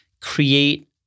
create